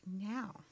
now